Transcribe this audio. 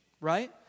right